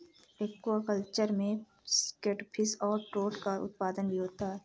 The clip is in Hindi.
एक्वाकल्चर में केटफिश और ट्रोट का उत्पादन भी होता है